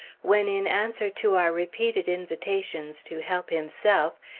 when in answer to our repeated invitations to help himself,